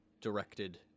directed